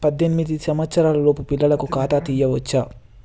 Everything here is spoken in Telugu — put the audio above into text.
పద్దెనిమిది సంవత్సరాలలోపు పిల్లలకు ఖాతా తీయచ్చా?